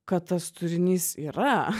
kad tas turinys yra